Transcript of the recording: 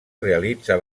realitza